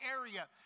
area